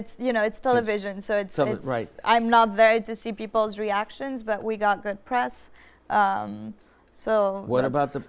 it's you know it's television so it's a it's right i'm not very to see people's reactions but we got good press so what about the